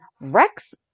rex